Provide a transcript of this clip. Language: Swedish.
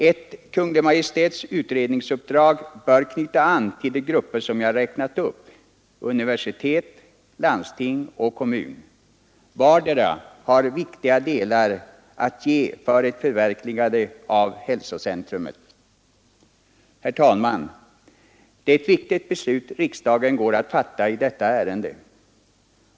Ett Kungl. Maj:ts utredningsuppdrag bör knyta an till de grupper som jag räknat upp: universitetet, landsting och kommun. Vardera har viktiga delar att ge för ett förverkligande av hälsocentrumet. Herr talman! Det är ett viktigt beslut riksdagen går att fatta i detta ärende.